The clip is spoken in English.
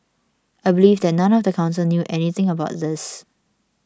I believe that none of the council knew anything about this